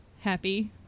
happy